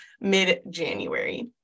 mid-January